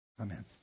Amen